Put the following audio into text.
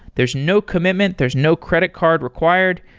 there's no commitment. there's no credit card required.